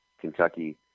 Kentucky